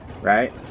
right